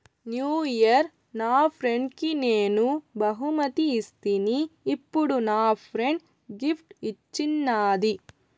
new year నా ఫ్రెండ్కి నేను బహుమతి ఇస్తిని, ఇప్పుడు నా ఫ్రెండ్ గిఫ్ట్ ఇచ్చిన్నాది